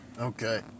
Okay